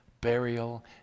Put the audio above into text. burial